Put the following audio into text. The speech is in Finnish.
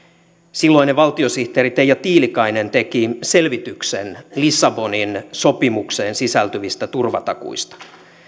silloinen valtiosihteeri teija tiilikainen teki selvityksen lissabonin sopimukseen sisältyvistä turvatakuista